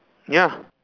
ya